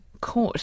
court